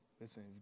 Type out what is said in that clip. Listen